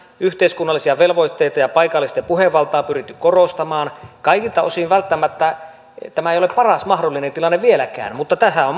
yhteiskunnallisia velvoitteita ja paikallisten puhevaltaa pyritty korostamaan kaikilta osin välttämättä tämä ei ole paras mahdollinen tilanne vieläkään mutta eduskunnalla on